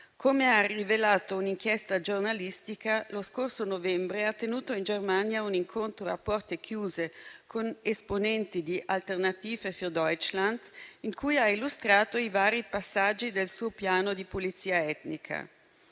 Come ha rivelato un'inchiesta giornalistica, lo scorso novembre ha tenuto in Germania un incontro a porte chiuse con esponenti di Alternative für Deutschland, in cui ha illustrato i vari passaggi del suo piano di pulizia etnica.